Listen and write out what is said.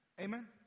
Amen